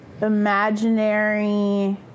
imaginary